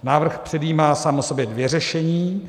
Návrh předjímá sám o sobě dvě řešení.